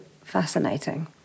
fascinating